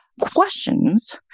questions